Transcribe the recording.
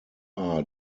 are